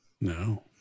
no